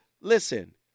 Listen